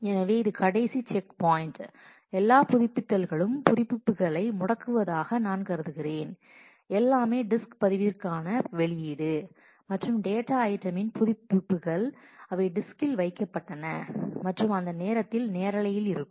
எனவே இது கடைசி செக் பாயிண்ட் எல்லா புதுப்பித்தல்களும் புதுப்பிப்புகளை முடக்குவதாக நான் கருதுகிறேன் எல்லாமே டிஸ்க் பதிவிற்கான வெளியீடு மற்றும் டேட்டா ஐட்டமின் புதுப்பிப்புகள் அவை டிஸ்கில் வைக்கப்பட்டன மற்றும் அந்த நேரத்தில் நேரலையில் இருக்கும்